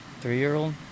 three-year-old